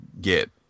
get